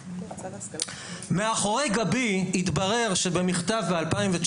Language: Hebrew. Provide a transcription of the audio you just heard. מאחורי גבי התברר שבמכתב ב-2019,